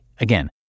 Again